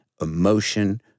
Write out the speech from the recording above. Emotion